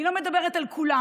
אני לא מדברת על כולם,